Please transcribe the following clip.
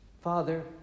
Father